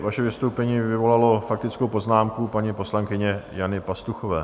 Vaše vystoupení vyvolalo faktickou poznámku paní poslankyně Jany Pastuchové.